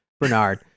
Bernard